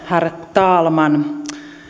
talman